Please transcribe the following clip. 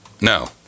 No